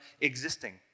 existing